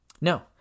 No